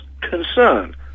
concern